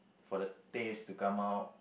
for the taste to come out